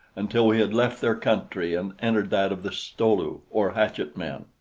until we had left their country and entered that of the sto-lu, or hatchet-men.